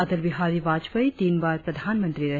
अटल बिहारी वाजपेयी तीन बार प्रधानमंत्री रहे